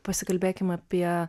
pasikalbėkim apie